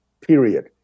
period